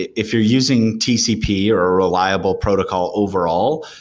if you're using tcp or a reliable protocol overall,